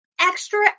extra